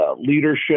leadership